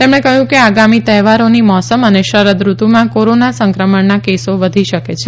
તેમણે કહ્યું કે આગામી તહેવારોની મોસમ અને શરદ ઋતુમાં કોરોના સંક્રમણના કેસો વધી શકે છે